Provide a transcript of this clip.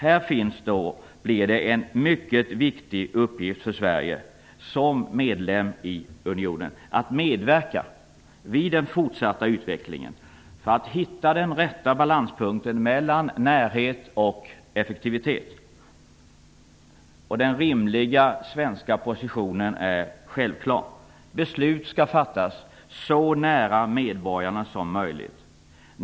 Här blir det en mycket viktig uppgift för Sverige att som medlem i unionen medverka i den fortsatta utvecklingen för att hitta den rätta balanspunkten mellan närhet och effektivitet. Den rimliga svenska positionen är självklar. Beslut skall fattas så nära medborgarna som möjligt.